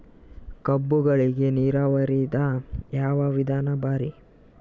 ಕಬ್ಬುಗಳಿಗಿ ನೀರಾವರಿದ ಯಾವ ವಿಧಾನ ಭಾರಿ?